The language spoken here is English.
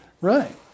right